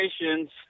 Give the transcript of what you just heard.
generations